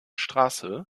straße